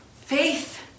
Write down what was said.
faith